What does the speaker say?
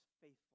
faithful